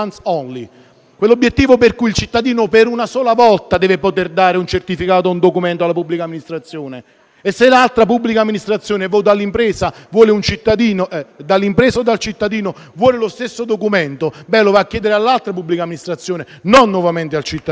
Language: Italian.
quell'obiettivo per cui il cittadino una sola volta deve produrre un certificato o un documento alla pubblica amministrazione. E se un'altra pubblica amministrazione vuole lo stesso documento dall'impresa o dal cittadino, lo va a chiedere all'altra pubblica amministrazione e non nuovamente al cittadino.